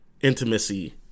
intimacy